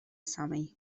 samej